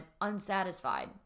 unsatisfied